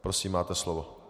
Prosím, máte slovo.